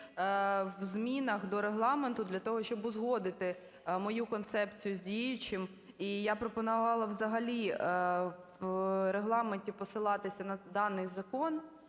в змінах до Регламенту для того, щоб узгодити мою концепцію з діючим, і я пропонувала взагалі в Регламенті посилатися на даний закон